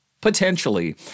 Potentially